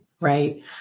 Right